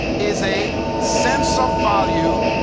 is a sense of value,